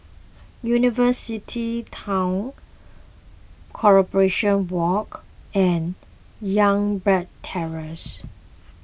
University Town Corporation Walk and Youngberg Terrace